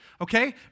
Okay